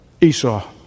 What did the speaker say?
Esau